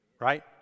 Right